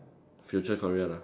future career lah